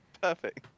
perfect